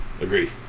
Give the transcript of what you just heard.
Agree